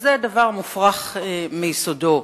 וזה דבר מופרך מיסודו.